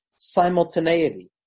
simultaneity